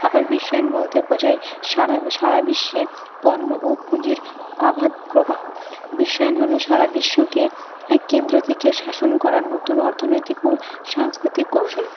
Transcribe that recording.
আবার বিশ্বায়ন বলতে বোঝায় সারা সারা বিশ্বের পণ্য ও পুঁজির অঘাত প্রবাহ বিশ্বায়ন হলো সারা বিশ্বকে এক কেন্দ্র থেকে শাসন করার নতুন অর্থনৈতিক ও সাংস্কৃতিক কৌশল